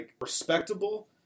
respectable